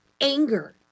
anger